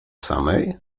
samej